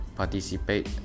participate